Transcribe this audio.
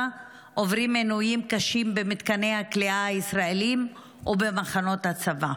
עוברים עינויים קשים במתקני הכליאה הישראליים ובמחנות הצבא,